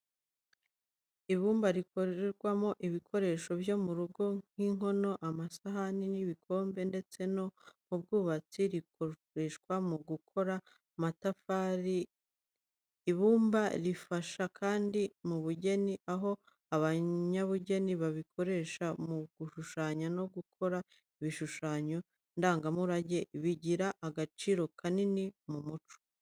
Ibumba rikorwamo ibikoresho byo mu rugo nk'inkono, amasahani n'ibikombe ndetse no mu bwubatsi rikoreshwa mu gukora amatafari n'amategura. Ibumba rifasha kandi mu bugeni, aho abanyabugeni barikoresha mu gushushanya no gukora ibishushanyo ndangamurage bigira agaciro kanini mu muco.